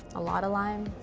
a lot of lime.